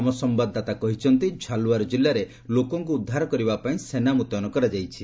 ଆମର ସମ୍ବାଦଦାତା କହିଛନ୍ତି ଝାଲୱାର ଜିଲ୍ଲାରେ ଲୋକଙ୍କୁ ଉଦ୍ଧାର କରିବା ପାଇଁ ସେନା ମୁତୟନ କରାଯାଇଛି